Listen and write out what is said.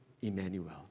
Emmanuel